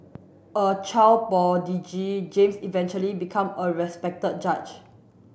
a child prodigy James eventually become a respected judge